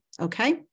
Okay